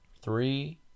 Three